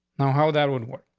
now, how that would work